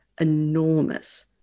enormous